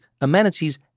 amenities